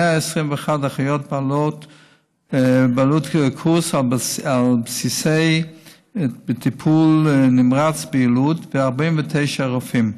121 אחיות שעברו קורס של בסיסי בטיפול נמרץ ביילוד ו-49 רופאים.